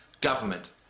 government